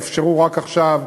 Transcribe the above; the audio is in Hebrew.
הופשרו רק עכשיו,